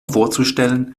vorzustellen